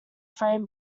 frame